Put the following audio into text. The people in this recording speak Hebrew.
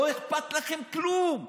לא אכפת לכם כלום.